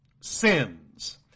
sins